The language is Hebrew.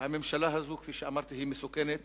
הממשלה הזאת, כפי שאמרתי, מסוכנת